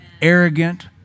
arrogant